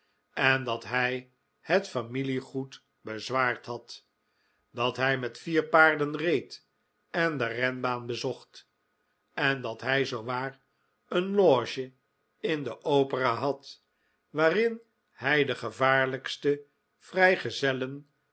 en dat hij het familiegoed bezwaard had dat hij met vier paarden reed en de renbaan bezocht en dat hij zoowaar een loge in de opera had waarin hij de gevaarlijkste